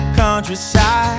countryside